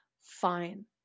Fine